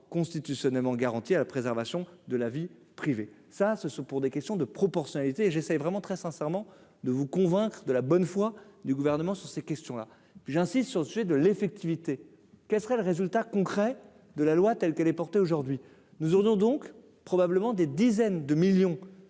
constitutionnellement garanti à la préservation de la vie privée, ça ce ce, pour des questions de proportionnalité j'essaie vraiment très sincèrement de vous convaincre de la bonne foi du gouvernement sur ces questions-là, j'insiste sur le sujet de l'effectivité, quel serait le résultat concret de la loi telle qu'elle est portée aujourd'hui, nous aurons donc probablement des dizaines de millions.